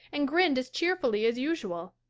and grinned as cheerfully as usual.